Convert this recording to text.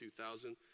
2000